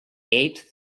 eight